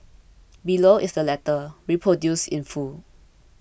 below is the letter reproduced in full